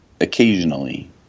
occasionally